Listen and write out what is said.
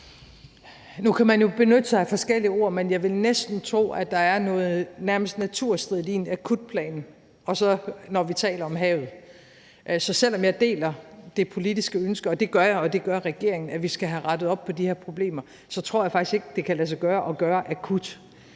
Nu kan man jo benytte sig af forskellige ord, men jeg vil næsten tro, at der er noget nærmest naturstridigt i at tale om en akutplan, når vi taler om havet. Selv om jeg deler det politiske ønske, og det gør jeg, og det gør regeringen, om, at vi skal have rettet op på de her problemer, tror jeg faktisk ikke, at det kan lade sig gøre at gøre det